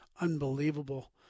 unbelievable